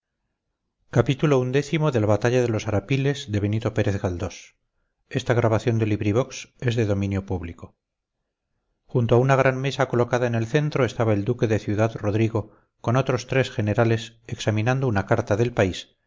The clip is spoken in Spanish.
junto a una gran mesa colocada en el centro estaba el duque de ciudad-rodrigo con otros tres generales examinando una carta del país y